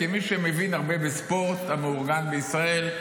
כמי שמבין הרבה בספורט המאורגן בישראל,